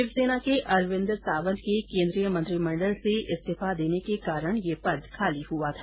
शिवसेना के अरविंद सावंत के केंद्रीय मंत्रिमंडल से इस्तीफा देने के कारण यह पद खाली हुआ था